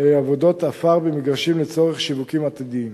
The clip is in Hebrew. עבודות עפר במגרשים לצורך שיווקים עתידיים.